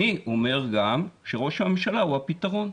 אני אומר גם שראש הממשלה הוא הפתרון.